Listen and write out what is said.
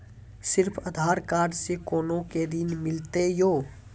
सिर्फ आधार कार्ड से कोना के ऋण मिलते यो?